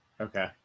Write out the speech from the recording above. Okay